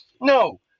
no